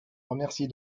remercie